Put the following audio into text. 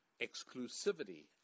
exclusivity